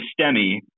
STEMI